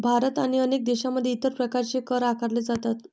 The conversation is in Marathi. भारत आणि अनेक देशांमध्ये इतर प्रकारचे कर आकारले जातात